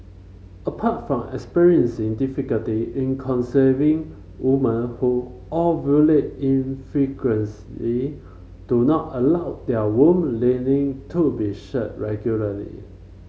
apart from experiencing difficulty in conceiving woman who ovulate do not allow their womb lining to be shed regularly